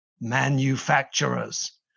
manufacturers